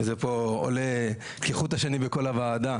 וזה עובר כחוט השני בכל הוועדה,